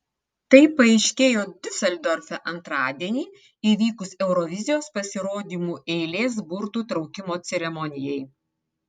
tai paaiškėjo diuseldorfe antradienį įvykus eurovizijos pasirodymų eilės burtų traukimo ceremonijai